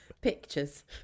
pictures